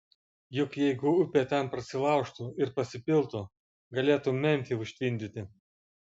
juk jeigu upė ten prasilaužtų ir pasipiltų galėtų memfį užtvindyti